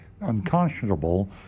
unconscionable